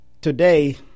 today